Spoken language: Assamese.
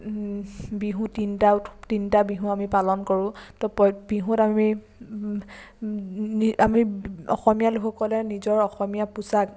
বিহু তিনিটা তিনিটা বিহু আমি পালন কৰোঁ তো বিহুত আমি আমি অসমীয়া লোকসকলে নিজৰ অসমীয়া পোচাক